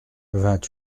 vingt